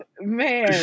man